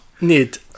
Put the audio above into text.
Need